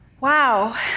Wow